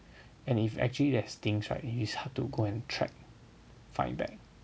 and if actually there's things right is hard to go and track find back